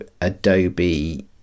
Adobe